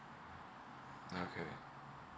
okay